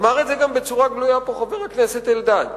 אמר את זה גם בצורה גלויה פה חבר הכנסת אלדד.